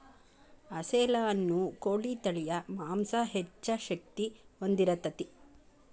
ಅಸೇಲ ಅನ್ನು ಕೋಳಿ ತಳಿಯ ಮಾಂಸಾ ಹೆಚ್ಚ ಶಕ್ತಿ ಹೊಂದಿರತತಿ